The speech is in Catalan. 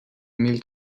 mil